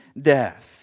death